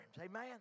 Amen